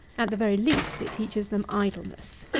at the very least, it teaches them idleness.